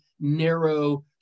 narrow